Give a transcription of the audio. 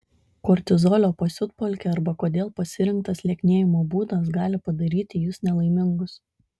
kortizolio pasiutpolkė arba kodėl pasirinktas lieknėjimo būdas gali padaryti jus nelaimingus